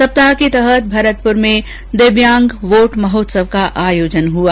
सप्ताह के तहत भरतपुर में दिव्यांग वोट महोत्सव का आयोजन हुआ